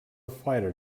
fighter